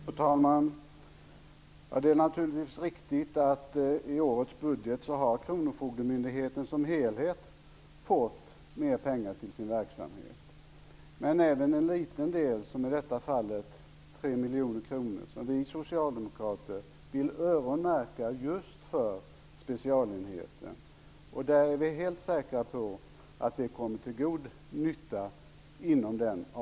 Fru talman! Det är naturligtvis riktigt att kronofogdemyndigheten som helhet har fått mer pengar till sin verksamhet i årets budget. Men även den lilla del, i det här fallet 3 miljoner kronor, som vi socialdemokrater vill öronmärka just för specialenheten, är vi helt säkra på kommer till god nytta.